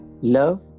love